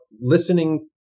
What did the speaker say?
listening